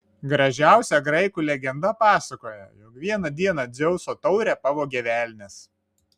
gražiausia graikų legenda pasakoja jog vieną dieną dzeuso taurę pavogė velnias